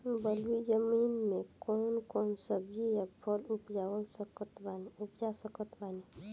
बलुई जमीन मे कौन कौन सब्जी या फल उपजा सकत बानी?